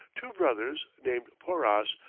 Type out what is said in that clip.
two brothers named porras,